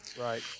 Right